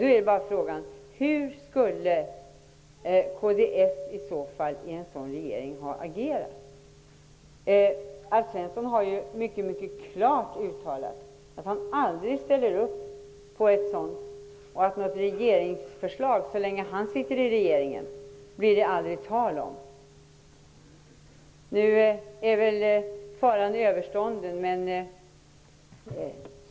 Nu är frågan: Hur skulle kds ha agerat? Alf Svensson har mycket klart uttalat att han aldrig ställer upp på ett regeringsförslag till en partnerskapslag. Så länge han sitter i regeringen blir det inte tal om det. Faran är väl nu överstånden.